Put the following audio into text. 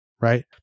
right